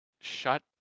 Shut